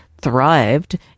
thrived